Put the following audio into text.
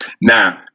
Now